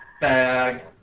Bag